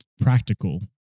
practical